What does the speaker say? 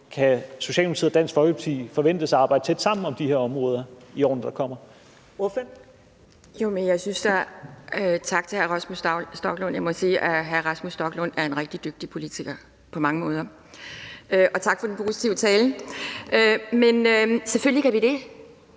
Kan Socialdemokratiet og Dansk Folkeparti forventes at arbejde tæt sammen om de her områder i årene, der kommer?